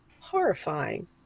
horrifying